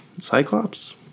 Cyclops